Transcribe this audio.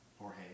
Jorge